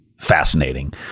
fascinating